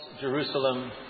Jerusalem